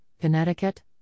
Connecticut